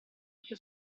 anche